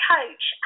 Coach